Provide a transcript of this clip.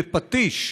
בפטיש,